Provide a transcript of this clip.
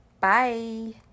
Bye